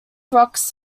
rocks